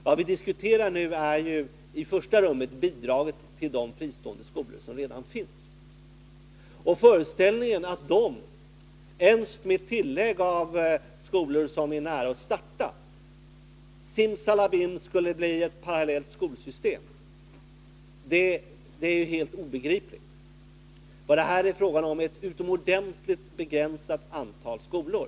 Vad vi diskuterar nu är i första rummet bidraget till de fristående skolor som redan finns. Föreställningen att dessa skolor, t.o.m. med tillägg av skolor som är nära att starta, simsalabim skulle bli ett parallellt skolsystem är helt obegriplig. Vad det här är fråga om är ett utomordentligt begränsat antal skolor.